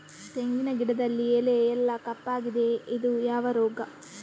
ತೆಂಗಿನ ಗಿಡದಲ್ಲಿ ಎಲೆ ಎಲ್ಲಾ ಕಪ್ಪಾಗಿದೆ ಇದು ಯಾವ ರೋಗ?